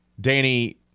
Danny